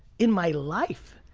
in my life.